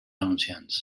anunciants